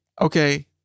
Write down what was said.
Okay